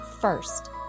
first